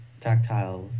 tactiles